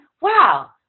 wow